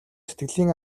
сэтгэлийн